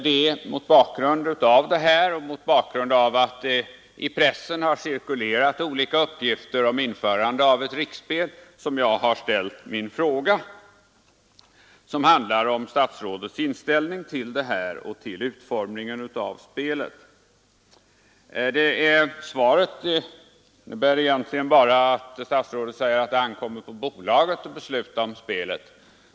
Det är mot bakgrund härav och mot bakgrund av att det i pressen har cirkulerat olika uppgifter om införandet av ett riksspel som jag har ställt min fråga, vilken handlar om statsrådets inställning till saken och till utformningen av ett riksspel. Svaret innebär egentligen bara att statsrådet säger att det ankommer på bolaget att besluta om spelet.